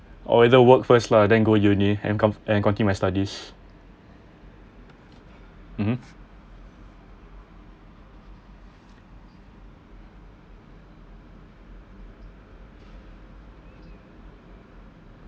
or either work first lah then go uni and con~ and continue my studies mmhmm